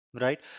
Right